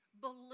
believe